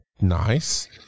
Nice